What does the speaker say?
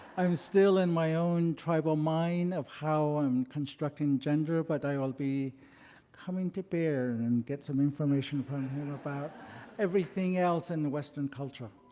i'm still in my own tribal of how i'm constructing gender, but i will be coming to bear and get some information from him about everything else in the western culture.